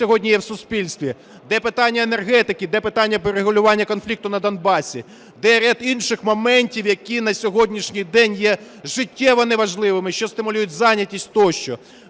Де питання енергетики, де питання регулювання конфлікту на Донбасі? Де ряд інших моментів, які на сьогоднішній день є життєво неважливими, що стимулюють зайнятість тощо?